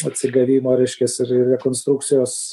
atsigavimo reiškias ir rekonstrukcijos